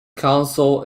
council